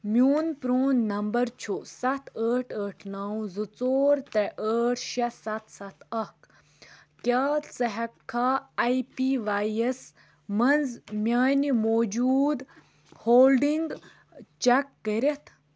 میون پرٛون نمبر چھُ سَتھ ٲٹھ ٲٹھ نَو زٕ ژور ترٛےٚ ٲٹھ شےٚ سَتھ سَتھ اَکھ کیٛاہ ژٕ ہیٚککھا آی پی واے یَس منٛز میٛانہِ موجوٗدٕ ہولڈِنٛگ چَک کٔرِتھ